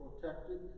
protected